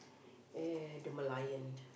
eh the Merlion